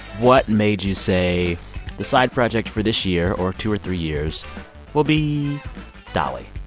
what made you say the side project for this year or two or three years will be dolly?